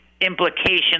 implications